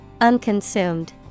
Unconsumed